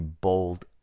bold